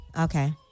Okay